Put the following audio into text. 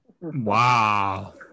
Wow